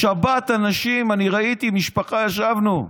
בשבת אנשים, ראיתי משפחה, ישבנו,